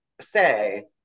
say